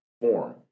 form